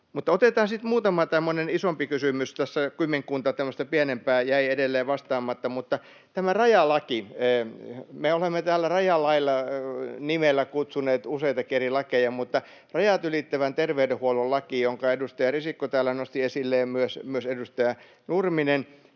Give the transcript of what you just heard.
muutama tämmöinen isompi kysymys. Tässä kymmenkunta tämmöistä pienempää jäi edelleen vastaamatta, mutta tämä rajalaki: Me olemme täällä rajalaki-nimellä kutsuneet useitakin eri lakeja, mutta rajat ylittävän terveydenhuollon laki, jonka edustaja Risikko täällä nosti esille ja myös edustaja Nurminen